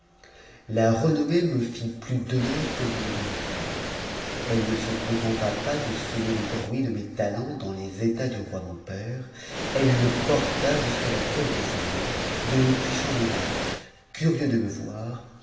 la renommée me fit plus d'honneur que je ne méritais elle ne se contenta pas de semer le bruit de mes talents dans les états du roi mon père elle le porta jusqu'à la cour des indes dont le puissant monarque curieux de me voir